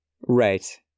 right